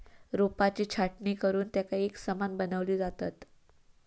रोपांची छाटणी करुन तेंका एकसमान बनवली जातत